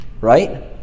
right